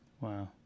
Wow